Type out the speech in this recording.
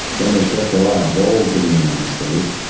then they shipped a lot of gold to the united states,